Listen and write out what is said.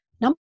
Number